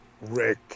rick